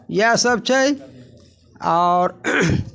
इएह सभ छै आओर